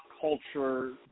culture